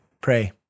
pray